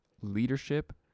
leadership